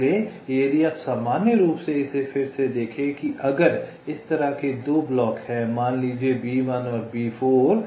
इसलिए यदि आप सामान्य रूप से इसे फिर से देखें कि अगर इस तरह के दो ब्लॉक हैं मान लीजिये B1 और B4 कहें